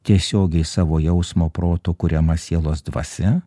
tiesiogiai savo jausmo proto kuriama sielos dvasia